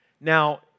Now